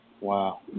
Wow